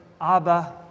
Abba